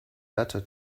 better